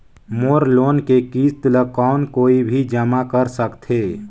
मोर loan के किस्त ल कौन कोई भी जमा कर सकथे?